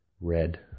red